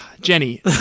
Jenny